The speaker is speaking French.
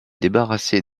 débarrassée